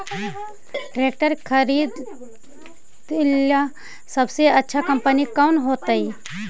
Tractor खरीदेला सबसे अच्छा कंपनी कौन होतई?